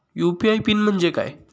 UPI PIN म्हणजे काय?